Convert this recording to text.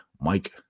Mike